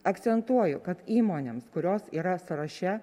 akcentuoju kad įmonėms kurios yra sąraše